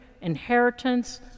inheritance